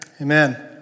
Amen